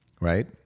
right